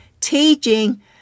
teaching